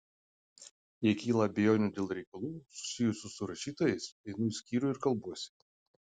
jei kyla abejonių dėl reikalų susijusių su rašytojais einu į skyrių ir kalbuosi